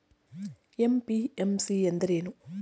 MPMC ಎಂದರೇನು?